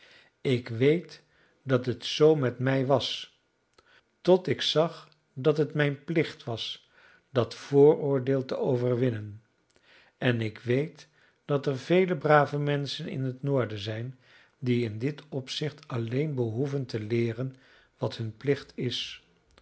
ik weet dat het zoo met mij was tot ik zag dat het mijn plicht was dat vooroordeel te overwinnen en ik weet dat er vele brave menschen in het noorden zijn die in dit opzicht alleen behoeven te leeren wat hun plicht is